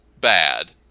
bad